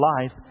life